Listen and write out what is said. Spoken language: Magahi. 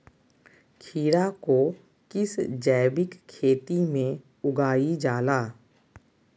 खीरा को किस जैविक खेती में उगाई जाला?